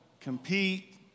compete